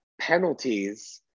penalties